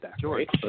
George